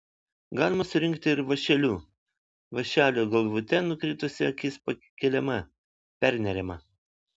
galima surinkti ir vąšeliu vąšelio galvute nukritusi akis pakeliama perneriama